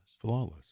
Flawless